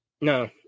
No